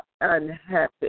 unhappy